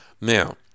now